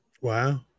Wow